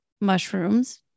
mushrooms